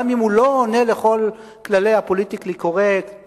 גם אם הם לא עונים על כל כללי הפוליטיקלי קורקט,